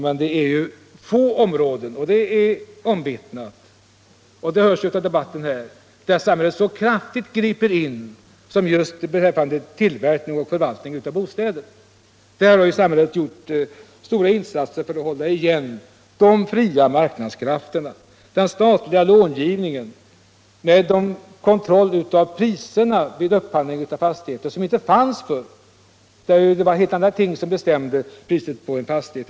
Men det är ju omvittnat, bl.a. i dagens debatt, att det är få områden där samhället griper in så kraftigt som när det gäller produktion och förvaltning av bostäder. Där har samhället gjort stora insatser för att hålla igen de fria marknadskrafterna, t.ex. med den statliga långivningen och med den kontroll av priserna vid upphandling av fastigheter som vi nu har men som inte fanns förr. Då var det helt andra ting som bestämde priset på en fastighet.